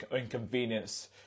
inconvenience